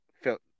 felt